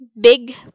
big